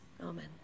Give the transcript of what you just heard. Amen